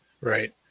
Right